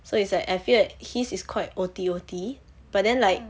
so is like I feel like his is like quite O_T_O_T but then like